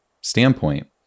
standpoint